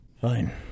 Fine